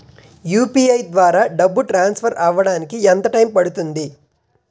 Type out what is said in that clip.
UPI ద్వారా డబ్బు transfer అవ్వడానికి ఎంత టైం పడుతుంది?